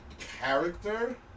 character